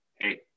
hey